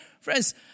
Friends